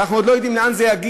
ואנחנו עוד לא יודעים לאן זה יגיע,